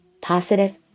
positive